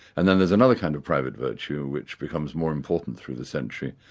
and then there's another kind of private virtue which becomes more important through the century,